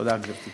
תודה, גברתי.